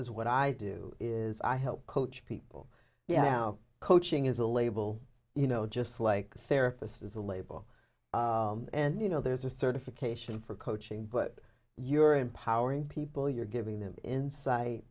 is what i do is i help coach people you know coaching is a label you know just like therapist is a label and you know there's a certification for coaching but you're empowering people you're giving them insight